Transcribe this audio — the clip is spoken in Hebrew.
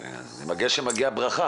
אני חושב שהתמונה היא רחבה